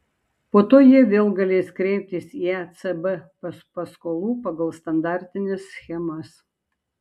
po to jie vėl galės kreiptis į ecb paskolų pagal standartines schemas